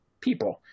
people